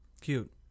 Cute